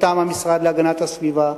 מטעם המשרד להגנת הסביבה,